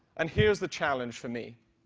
and here's the challenge for me.